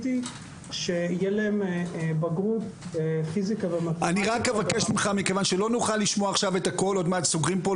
איציק, אם יש לך הערה, אני אשמח לשמוע אותה.